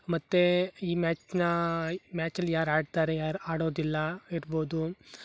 ಮತ್ತು ಈ ಮ್ಯಾಚನ್ನ ಮ್ಯಾಚಲ್ಲಿ ಯಾರು ಆಡ್ತಾರೆ ಯಾರು ಆಡೋದಿಲ್ಲ ಇರ್ಬೋದು